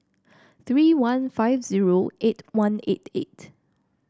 three one five zero eight one eight eight